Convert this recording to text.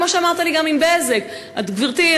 כמו שאמרת לי גם לגבי "בזק" גברתי,